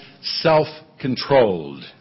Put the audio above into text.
self-controlled